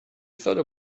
thought